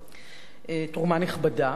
תרומה נכבדה,